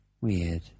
Weird